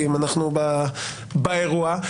אנחנו באירוע.